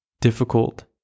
difficult